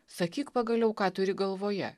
sakyk pagaliau ką turi galvoje